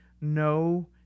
no